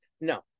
No